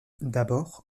d’abord